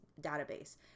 database